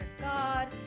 God